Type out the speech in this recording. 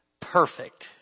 perfect